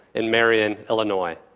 in marion, illinois.